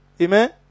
Amen